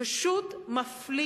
פשוט מפלים.